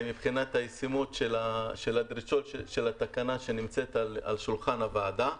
מבחינת הישימות של הדרישות של התקנה שנמצאת על שולחן הוועדה.